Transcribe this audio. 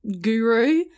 guru